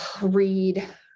read